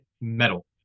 metal